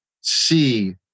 see